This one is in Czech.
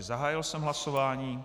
Zahájil jsem hlasování.